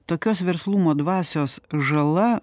tokios verslumo dvasios žala